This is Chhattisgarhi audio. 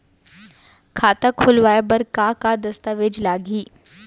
खाता खोलवाय बर का का दस्तावेज लागही?